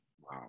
Wow